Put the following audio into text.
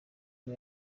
bwo